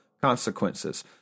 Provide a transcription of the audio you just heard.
consequences